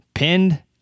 pinned